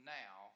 now